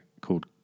called